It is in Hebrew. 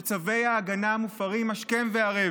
שצווי הגנה מופרים השכם והערב,